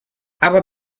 aber